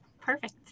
Perfect